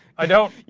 i don't.